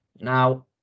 now